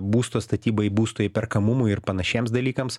būsto statybai būsto įperkamumui ir panašiems dalykams